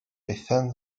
bethan